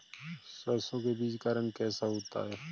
सरसों के बीज का रंग कैसा होता है?